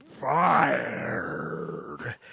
fired